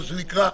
מה שנקרא,